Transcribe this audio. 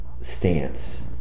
stance